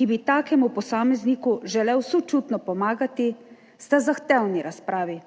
ki bi takemu posamezniku želel sočutno pomagati, sta zahtevni razpravi,